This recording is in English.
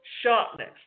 sharpness